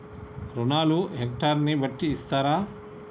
రుణాలు హెక్టర్ ని బట్టి ఇస్తారా?